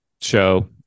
show